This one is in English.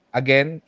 again